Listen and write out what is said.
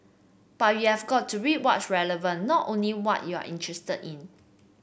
but you have got to read watch relevant not only what you are interested in